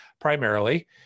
primarily